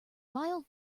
mild